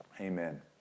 Amen